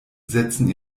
setzen